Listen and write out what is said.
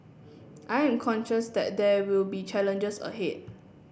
I am conscious that there will be challenges ahead